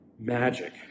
Magic